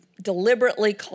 deliberately